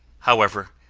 however,